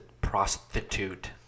prostitute